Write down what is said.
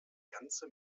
ganze